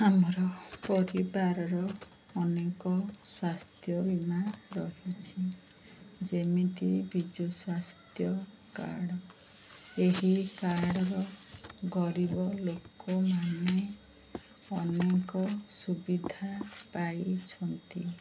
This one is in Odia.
ଆମର ପରିବାରର ଅନେକ ସ୍ୱାସ୍ଥ୍ୟ ବୀମା ରହିଛି ଯେମିତି ବିଜୁ ସ୍ୱାସ୍ଥ୍ୟ କାର୍ଡ଼ ଏହି କାର୍ଡ଼ର ଗରିବ ଲୋକମାନେ ଅନେକ ସୁବିଧା ପାଇଛନ୍ତି